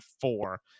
four